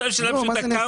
למה.